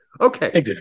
okay